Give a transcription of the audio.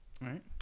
right